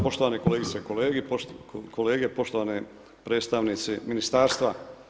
Poštovane kolegice i kolege, poštovani predstavnici Ministarstva.